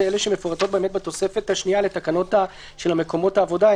הן אלה שמפורטות באמת בתוספת השנייה לתקנות של מקומות העבודה.